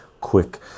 quick